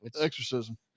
exorcism